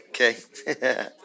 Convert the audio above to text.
Okay